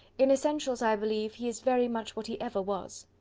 in essentials, i believe, he is very much what he ever was.